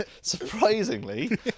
Surprisingly